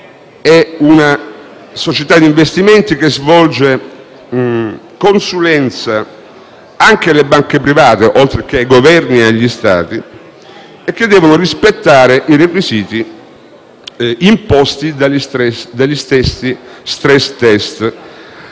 è una società di investimenti che svolge consulenza anche alle banche private, oltre che ai Governi e agli Stati, che devono rispettare i requisiti imposti dagli stessi *stress test*.